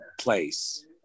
place